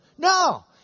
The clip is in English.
No